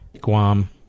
Guam